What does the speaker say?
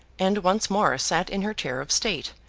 and once more sat in her chair of state,